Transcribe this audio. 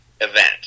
event